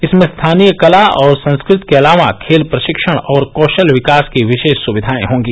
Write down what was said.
इनमें स्थानीय कला और संस्कृति के अलावा खेल प्रशिक्षण और कौशल विकास की विशेष सुविधाएं होंगी